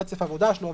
רצף העבודה שלו,